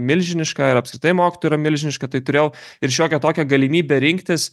milžiniška ir apskritai mokytojų yra milžiniška tai turėjau ir šiokią tokią galimybę rinktis